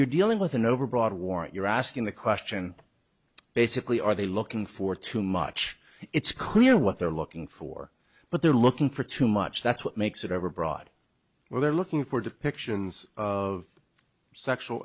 you're dealing with an overbroad warrant you're asking the question basically are they looking for too much it's clear what they're looking for but they're looking for too much that's what makes it overbroad where they're looking for depictions of sexual